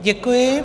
Děkuji.